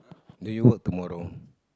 then you work tomorrow